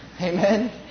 Amen